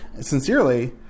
sincerely